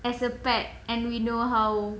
as a pet and we know how